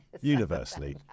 universally